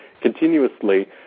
continuously